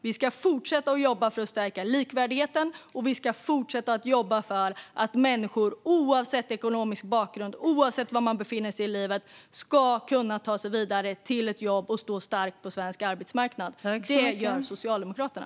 Vi ska fortsätta att jobba för att stärka likvärdigheten, och vi ska fortsätta att jobba för att man oavsett ekonomisk bakgrund och oavsett var man befinner sig i livet ska kunna ta sig vidare till ett jobb och stå stark på svensk arbetsmarknad. Det gör Socialdemokraterna.